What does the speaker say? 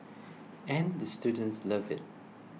and the students love it